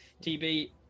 TB